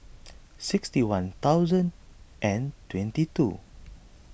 sixty one thousand and twenty two